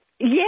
Yes